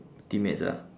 teammates ah